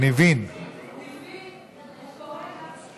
כבוד יושב-ראש הכנסת,